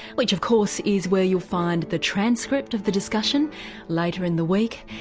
which if course is where you'll find the transcript of the discussion later in the week.